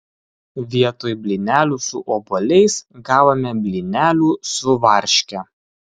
vietoj blynelių su obuoliais gavome blynelių su varške